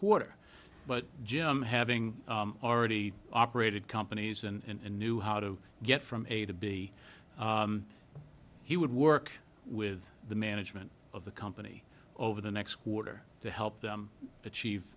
quarter but jim having already operated companies and knew how to get from a to b he would work with the management of the company over the next quarter to help them achieve